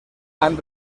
han